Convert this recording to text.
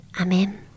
Amen